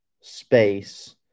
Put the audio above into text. space